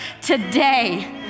today